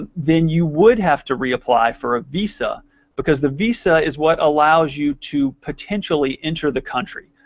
and then you would have to reapply for a visa because the visa is what allows you to potentially enter the country.